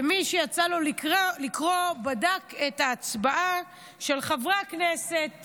מי שיצא לו לקרוא, שבדק את ההצבעה של חברי הכנסת